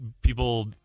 people